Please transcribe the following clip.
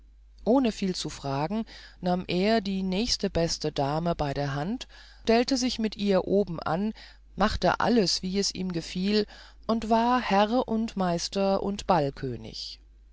ohne viel zu fragen nahm er die nächste beste dame bei der hand stellte sich mit ihr obenan machte alles wie es ihm gefiel und war herr und meister und